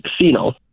casino